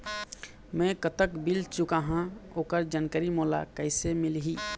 मैं कतक बिल चुकाहां ओकर जानकारी मोला कइसे मिलही?